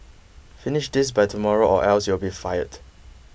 finish this by tomorrow or else you'll be fired